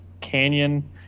canyon